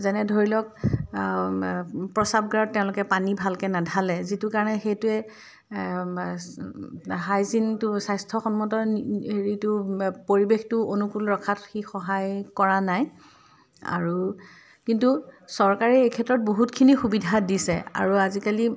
যেনে ধৰি লওঁক প্ৰস্ৰাৱগাৰত তেওঁলোকে পানী ভালকৈ নাধালে যিটোৰ কাৰণে হাইজিনটো স্বাস্থ্যসন্মত হেৰিটো পৰিৱেশটো অনুকুল ৰখাত সি সহায় কৰা নাই আৰু কিন্তু চৰকাৰে এইক্ষেত্ৰত বহুতখিনি সুবিধা দিছে আৰু আজিকালি